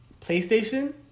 PlayStation